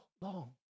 long